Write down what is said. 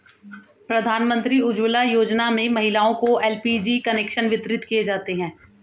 प्रधानमंत्री उज्ज्वला योजना में महिलाओं को एल.पी.जी कनेक्शन वितरित किये जाते है